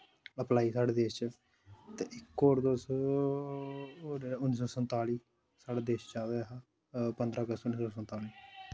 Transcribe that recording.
apply साढ़े देश च ते इक होर तुस होेर उन्नी सौ संताली साढ़ा देश अजाद होआ हा पंदरां अगस्त उन्नी सौ संताली